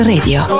Radio